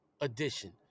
edition